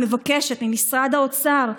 אני מבקשת ממשרד האוצר,